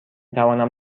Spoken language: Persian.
توانم